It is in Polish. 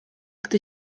gdy